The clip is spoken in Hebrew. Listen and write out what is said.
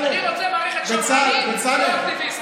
אני רוצה מערכת שמרנית ולא אקטיביסטית.